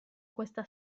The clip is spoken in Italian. questa